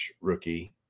rookie